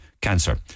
cancer